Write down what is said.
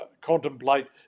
contemplate